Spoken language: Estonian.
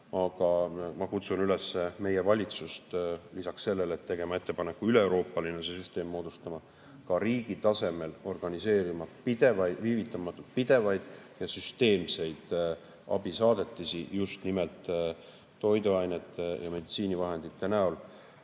aga ma kutsun üles meie valitsust lisaks sellele, et me teeme ettepaneku üleeuroopaline süsteem moodustada, ka riigi tasemel organiseerima viivitamatult pidevaid süsteemseid abisaadetisi just nimelt toiduainete ja meditsiinivahendite näol.